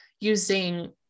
using